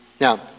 Now